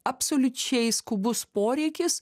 absoliučiai skubus poreikis